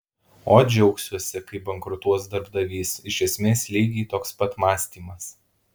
ot džiaugsiuosi kai bankrutuos darbdavys iš esmės lygiai toks pat mąstymas